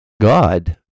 God